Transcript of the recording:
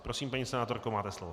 Prosím, paní senátorko, máte slovo.